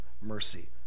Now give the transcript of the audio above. mercy